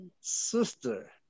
Sister